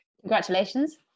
Congratulations